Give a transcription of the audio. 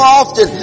often